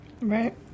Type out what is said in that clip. right